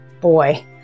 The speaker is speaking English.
Boy